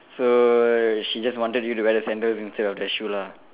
so she just wanted you to wear the sandals instead of that shoe lah